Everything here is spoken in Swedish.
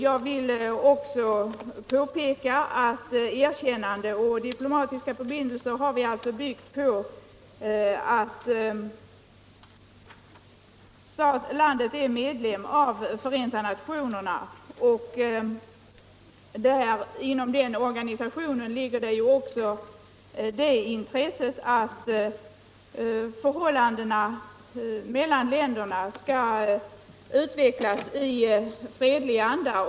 Jag vill också påpeka att vi har byggt erkännandet och beslutet om diplomatiska förbindelser på att det landet är medlem av Förenta nationerna. Det ligger i den organisationens intresse att förhållandet mellan länderna skall utvecklas i fredlig anda.